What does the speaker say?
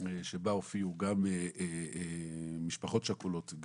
שבה הופיעו גם משפחות שכולות,